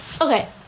okay